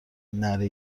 نره